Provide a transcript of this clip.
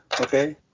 Okay